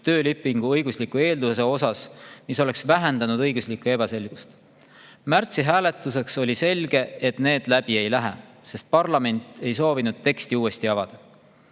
töölepingu õigusliku eelduse osas, mis oleks vähendanud õiguslikku ebaselgust. Märtsi hääletuseks oli selge, et need läbi ei lähe, sest parlament ei soovinud teksti uuesti avada.